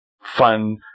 fun